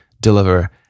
deliver